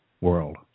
World